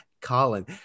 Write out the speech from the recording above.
Colin